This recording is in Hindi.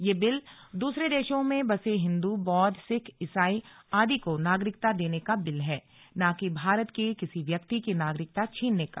यह बिल दूसरे देशों में बसे हिंदू बौद्ध सिख ईसाई आदि को नागरिकता देने का बिल है ना कि भारत के किसी व्यक्ति की नागरिकता छीनने का